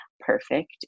perfect